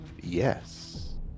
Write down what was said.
Yes